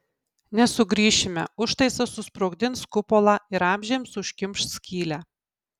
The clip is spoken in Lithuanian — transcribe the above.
nesugrįšime užtaisas susprogdins kupolą ir amžiams užkimš skylę